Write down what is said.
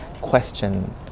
question